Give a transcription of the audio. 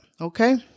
okay